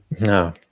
No